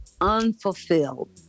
unfulfilled